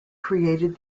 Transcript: created